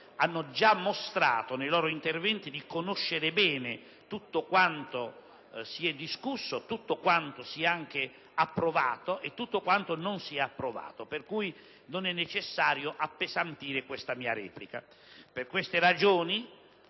hanno già mostrato nei loro interventi di conoscere bene quanto si è discusso, quanto si è approvato e quanto non si è approvato, per cui non è necessario appesantire la mia replica. Per tali ragioni,